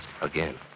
again